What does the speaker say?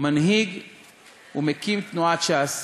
מנהיג ומקים תנועת ש"ס,